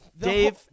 Dave